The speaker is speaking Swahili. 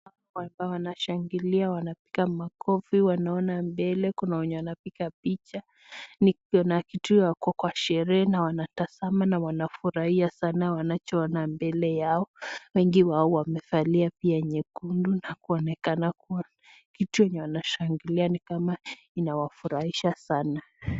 watu wanashangilia wanapiga makofi, wanaona mbele, kuna wenye wanapiga picha, nikiona kitu wako kwa sherehe, na wanatazama, na wanafurahia sana wanachoona mbele yao. Wengi wao wemevalia pia nyekundu na kuonekana kuwa kitu enye wanashangilia ni kama inawafurahisha sana.